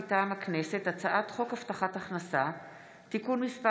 מטעם הכנסת: הצעת חוק הבטחת הכנסה (תיקון מס'